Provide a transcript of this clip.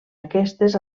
aquestes